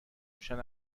میشن